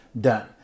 done